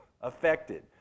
affected